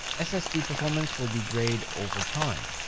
ssd performance will degrade over time.